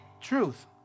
truth